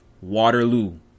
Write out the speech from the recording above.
Waterloo